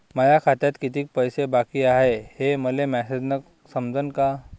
माया खात्यात कितीक पैसे बाकी हाय हे मले मॅसेजन समजनं का?